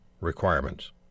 requirements